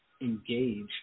engage